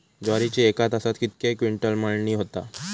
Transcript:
ज्वारीची एका तासात कितके क्विंटल मळणी होता?